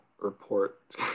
report